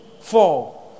four